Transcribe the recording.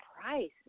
price